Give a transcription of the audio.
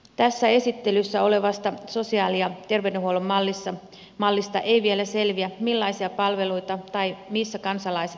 tästä esittelyssä olevasta sosiaali ja terveydenhuollon mallista ei vielä selviä millaisia palveluita tulee tai missä kansalaiset niitä saavat